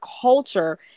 culture